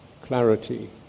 clarity